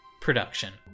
production